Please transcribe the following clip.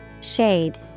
Shade